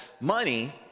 money